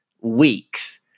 weeks